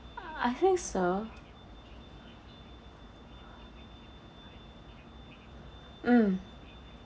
I think so mm